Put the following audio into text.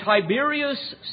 Tiberius